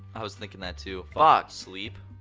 i was thinking that too. fuck. sleep.